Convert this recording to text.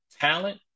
talent